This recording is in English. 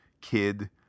kid